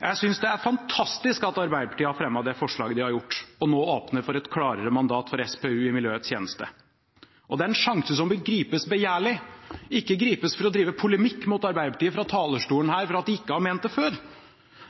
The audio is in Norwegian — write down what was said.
Jeg synes det er fantastisk at Arbeiderpartiet har fremmet det forslaget de har gjort, og nå åpner for et klarere mandat for SPU i miljøets tjeneste. Det er en sjanse som bør gripes begjærlig, ikke gripes for å drive polemikk mot Arbeiderpartiet fra talerstolen her for at de ikke har ment det før.